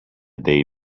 day